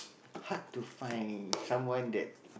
hard to find someone that